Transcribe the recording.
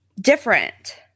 different